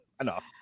enough